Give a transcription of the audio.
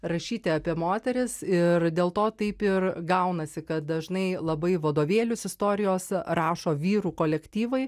rašyti apie moteris ir dėl to taip ir gaunasi kad dažnai labai vadovėlius istorijos rašo vyrų kolektyvai